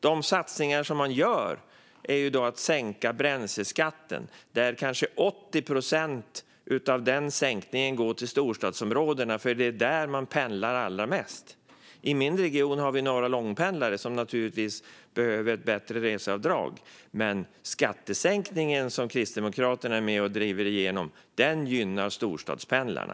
De satsningar som man gör är att sänka bränsleskatten där kanske 80 procent av den sänkningen går till storstadsområdena, för det är där man pendlar allra mest. I min region har vi några långpendlare som naturligtvis behöver ett bättre reseavdrag. Men skattesänkningen som Kristdemokraterna är med och driver igenom gynnar storstadspendlarna.